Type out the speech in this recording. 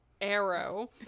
Arrow